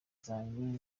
zanjye